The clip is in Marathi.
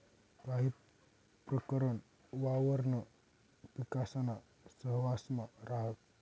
काही प्रकरण वावरणा पिकासाना सहवांसमा राहस